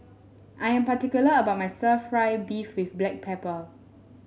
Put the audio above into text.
I am particular about my stir fry beef with Black Pepper